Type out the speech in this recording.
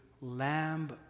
lamb